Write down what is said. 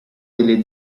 delle